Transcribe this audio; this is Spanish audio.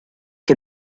que